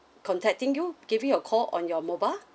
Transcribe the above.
contacting you give you a call on your mobile